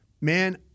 Man